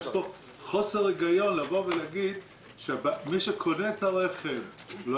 יש פה חוסר היגיון להגיד שמי שקונה את הרכב לא